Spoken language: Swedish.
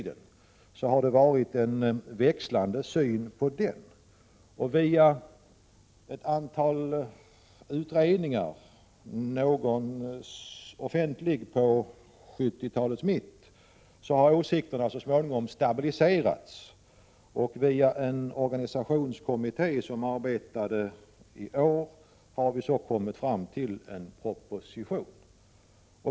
Med början från en offentlig utredning på 1970-talets mitt och efter ytterligare ett antal utredningar har åsikterna så småningom stabiliserats. Via en organisationskommitté, som arbetat i år, har vi så småningom fått en proposition.